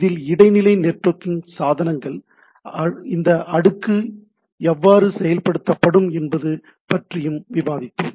இதில் இடைநிலை நெட்வொர்க்கிங் சாதனங்கள் இந்த அடுக்கு வரை எவ்வாறு செயல்படுத்தப்படும் என்பது பற்றியும் விவாதித்தோம்